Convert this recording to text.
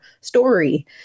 story